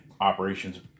operations